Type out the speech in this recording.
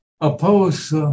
oppose